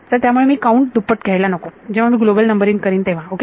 तर त्यामुळे मी काउंट दुप्पट घ्यायला नको जेव्हा मी ग्लोबल नंबरिंग करीन तेव्हा ओके